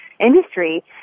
industry